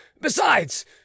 Besides